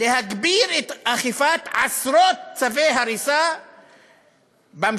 להגביר את אכיפת עשרות צווי ההריסה במשולש,